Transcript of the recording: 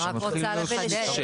אני רק רוצה לחדד.